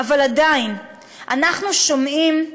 אבל עדיין אנחנו שומעים,